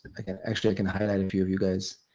i can actually, i can highlight a few of you, guys.